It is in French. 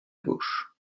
gauche